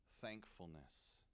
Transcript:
Thankfulness